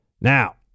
Now